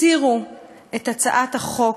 הסירו את הצעת החוק